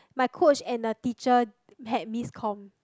my coach and the teacher had miscomm